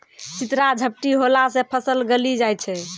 चित्रा झपटी होला से फसल गली जाय छै?